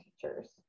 teachers